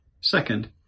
second